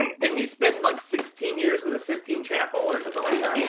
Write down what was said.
didn't he spend like sixteen years on the sistine chapel or something like that?